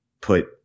put